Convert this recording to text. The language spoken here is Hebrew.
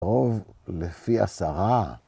רוב לפי עשרה.